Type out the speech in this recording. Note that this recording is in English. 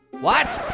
what?